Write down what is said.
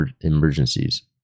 emergencies